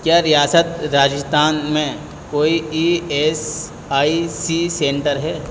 کیا ریاست راجستھان میں کوئی E S I C centre ہے